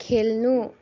खेल्नु